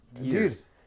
years